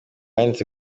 yanditse